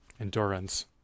endurance